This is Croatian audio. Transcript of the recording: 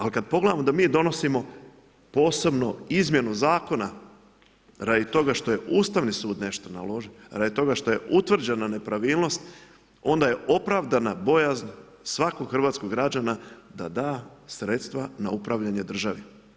Al kad pogledamo da mi donosimo posebno izmjenu Zakona radi toga što je Ustavni sud nešto naložio, radi toga što je utvrđena nepravilnost, onda je opravdana bojazan svakog hrvatskog građanina da da sredstva na upravljanje državi.